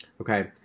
Okay